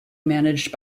managed